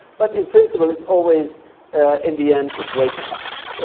but in principle it's always in the end it's wage cuts.